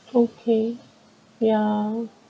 okay ya